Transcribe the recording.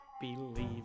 Believe